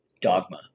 dogma